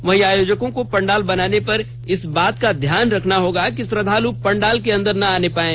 वहीं आयोजकों को पंडाल बनाने पर इस बात का ध्यान रखना होगा श्रद्धालु पंडाल के अंदर न आ पाएं